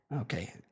Okay